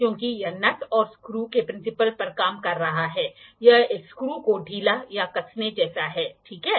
क्योंकि यह नट और स्क्रू के प्रिंसिपल पर काम कर रहा है यह एक स्क्रू को ढीला या कसने जैसा है ठीक है